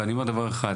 ואני אומר פה דבר אחד,